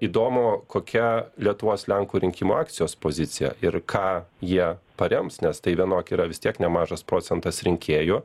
įdomu kokia lietuvos lenkų rinkimų akcijos pozicija ir ką jie parems nes tai vienok yra vis tiek nemažas procentas rinkėjų